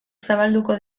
zabalduko